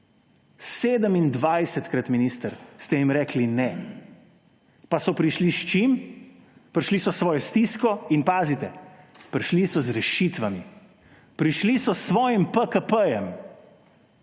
27-krat, minister, ste jim rekli ne, pa so prišli − s čim? Prišli so s svojo stisko in, pazite, prišli so z rešitvami. Prišli so s svojimi PKP.